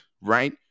right